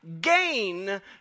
gain